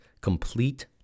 complete